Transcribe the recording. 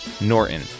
Norton